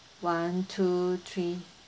okay one two three